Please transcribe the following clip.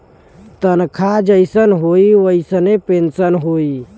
तनखा जइसन होई वइसने पेन्सन होई